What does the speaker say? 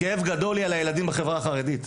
כאב גדול לי על הילדים בחברה החרדית.